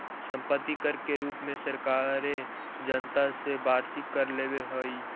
सम्पत्ति कर के रूप में सरकारें जनता से वार्षिक कर लेवेऽ हई